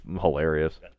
hilarious